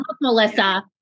Melissa